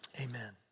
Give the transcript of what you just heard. Amen